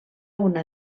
una